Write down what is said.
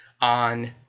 on